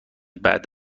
بعد